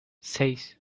seis